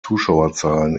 zuschauerzahlen